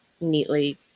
neatly